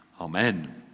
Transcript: Amen